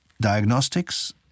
diagnostics